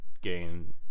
gain